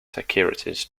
securities